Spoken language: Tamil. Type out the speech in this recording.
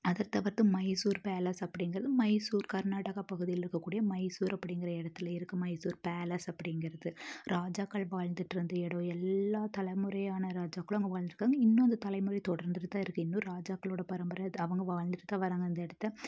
அதை தவிர்த்து மைசூர் பேலஸ் அப்படிங்குறது மைசூர் கர்நாடகா பகுதியில் இருக்கக்கூடிய மைசூர் அப்படிங்குற இடத்துல இருக்குது மைசூர் பேலஸ் அப்படிங்குறது ராஜாக்கள் வாழ்ந்துட்டிருந்த இடம் எல்லா தலைமுறையான ராஜாக்களும் அங்கே வாழ்ந்திருக்காங்க இன்னும் அந்த தலைமுறை தொடர்ந்துகிட்டுதான் இருக்குது இன்னும் ராஜாக்களோட பரம்பரை அவங்க வாழ்ந்துகிட்டுதான் வராங்க அந்த இடத்த